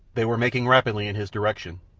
they were making rapidly in his direction,